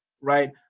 right